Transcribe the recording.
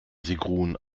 sigrun